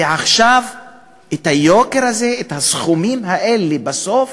ועכשיו היוקר הזה, הסכומים האלה, בסוף